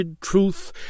truth